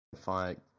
Fine